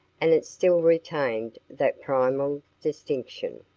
and it still retained that primal distinction.